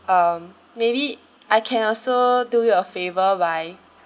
um maybe I can also do you a favour by